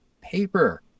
paper